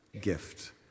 gift